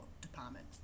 department